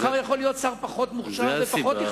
מחר יכול להיות שר פחות מוכשר ופחות אכפתי.